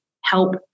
help